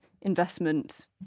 investment